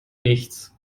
nichts